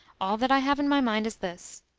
all that i have in my mind is this.